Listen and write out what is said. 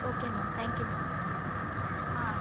okay ma'am thank you ma'am ah